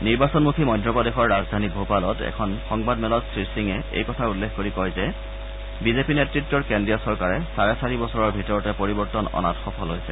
নিৰ্বাচনমুখী মধ্যপ্ৰদেশৰ ৰাজধানী ভোপালত এখন সংবাদ মেলত শ্ৰীসিঙে এই কথা উল্লেখ কৰি কয় যে বিজেপি নেত়ত্বৰ কেন্দ্ৰীয় চৰকাৰে চাৰে চাৰি বছৰৰ ভিতৰতে পৰিৱৰ্তন অনাত সফল হৈছে